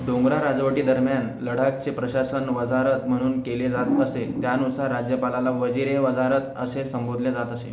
डोगरा राजवटीदरम्यान लडाखचे प्रशासन वजारत म्हणून केले जात असे त्यानुसार राज्यपालाला वजीर ए वजारत असे संबोधले जात असे